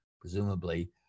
presumably